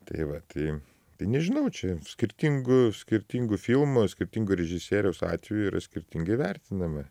tai va tai nežinau čia skirtingų skirtingo filmo skirtingo režisieriaus atveju yra skirtingai vertinama